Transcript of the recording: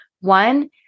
one